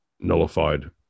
nullified